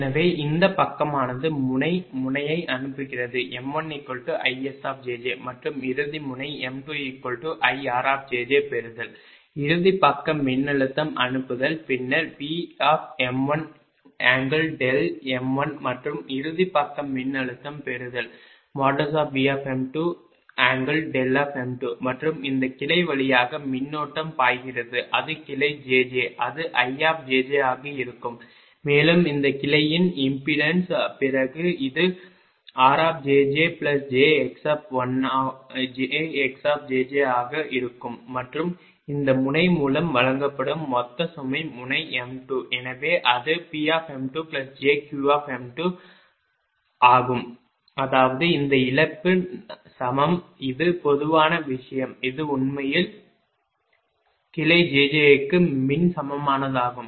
எனவே இந்த பக்கமானது முனை முனையை அனுப்புகிறது m1IS மற்றும் இறுதி முனை m2IR பெறுதல் இறுதி பக்க மின்னழுத்தம் அனுப்புதல் பின்னர் Vm1m1 மற்றும் இறுதி பக்க மின்னழுத்தம் பெறுதல் Vm2m2 மற்றும் இந்த கிளை வழியாக மின்னோட்டம் பாய்கிறது அது கிளை jj அது I ஆக இருக்கும் மேலும் இந்த கிளையின் இம்பென்டன்ஸ் பிறகு அது r jx ஆக இருக்கும் மற்றும் இந்த முனை மூலம் வழங்கப்படும் மொத்த சுமை முனை m2 எனவே அது PjQ வலது அதாவது இந்த இழப்பு சமம் இது பொதுவான விஷயம் இது உண்மையில் கிளை jj க்கு மின் சமமானதாகும்